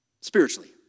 spiritually